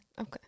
Okay